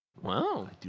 Wow